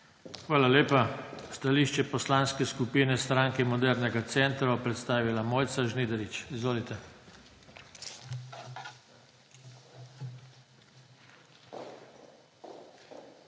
Hvala lepa. Stališče Poslanske skupine Stranke modernega centra bo predstavila Mojca Žnidarič. Izvolite.